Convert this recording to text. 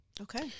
Okay